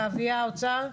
אביה, אוצר?